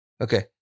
Okay